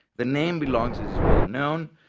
the name belongs, as is well known,